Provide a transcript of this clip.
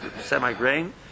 semi-grain